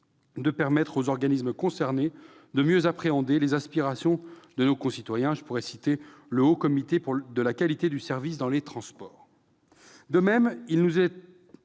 -et permettre aux instances concernées de mieux appréhender les aspirations de nos concitoyens- je citerai, à cet égard, le Haut Comité de la qualité de service dans les transports. De même, il nous a